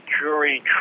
Jury